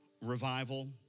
revival